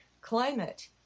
climate